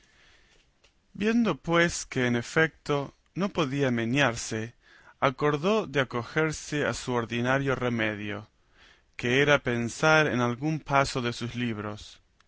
viendo pues que en efeto no podía menearse acordó de acogerse a su ordinario remedio que era pensar en algún paso de sus libros